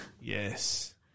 Yes